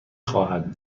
خواهد